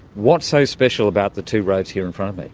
what's so special about the two roads here in front of me?